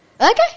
Okay